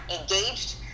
engaged